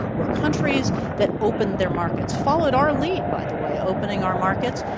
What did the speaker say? were countries that opened their markets, followed our lead by the way, opening our markets.